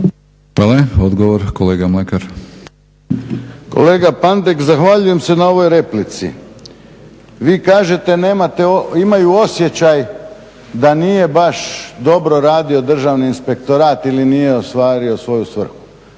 **Mlakar, Davorin (HDZ)** Kolega Pandek, zahvaljujem se na ovoj replici. Vi kažete imaju osjećaj da nije baš dobro radio Državni inspektorat ili nije ostvario svoju svrhu.